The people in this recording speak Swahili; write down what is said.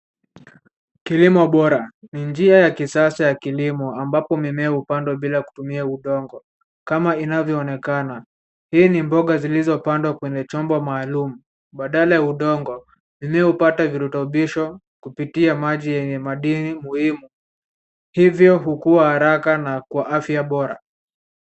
Kilimo bora. Ni njia ya kisasa ya kilimo ambapo mimea hupandwa bila kutumia udongo kama inavyoonekana. Hii ni mboga zilizopandwa kwenye chombo maalum badala ya udongo, iliyopata virutubisho kupitia maji yenye madini muhimu, hivyo hukua haraka na kwa afya bora.